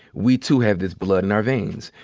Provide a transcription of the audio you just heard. we too have this blood in our veins.